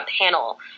panel